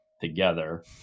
together